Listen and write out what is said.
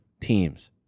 teams